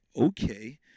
Okay